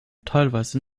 teilweise